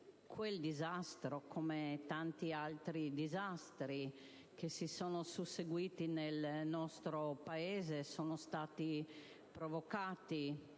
quel disastro, come tanti altri che si sono susseguiti nel nostro Paese, sono stati provocati